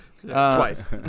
Twice